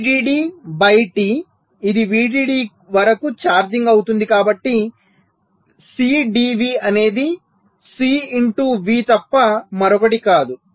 VDD by T ఇది VDD వరకు charging అవుతుంది కాబట్టి C dV అనేది C ఇంటూ V తప్ప మరొకటి కాదు